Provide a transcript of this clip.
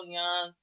young